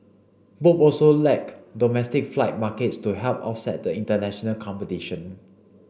both also lack domestic flight markets to help offset the international competition